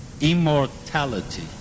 immortality